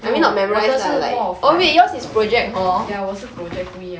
no 我的是 more of like ya 我是 project 不一样